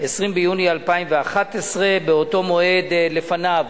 20 ביוני 2011. באותו מועד, לפניה,